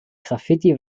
graffiti